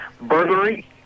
Burglary